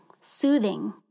soothing